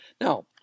Now